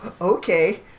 Okay